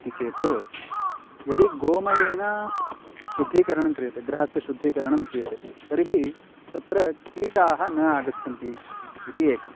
इति चेत् यदि गोमयेन शुद्धीकरणं क्रियते गृहस्य शुद्धीकरणं क्रियते तर्हि तत्र कीटाः न आगच्छन्ति इति एकम्